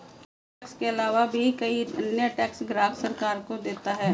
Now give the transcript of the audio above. income tax के आलावा भी कई अन्य टैक्स ग्राहक सरकार को देता है